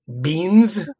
beans